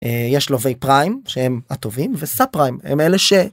יש לווי פריים שהם הטובים וסאב פריים הם אלה ש.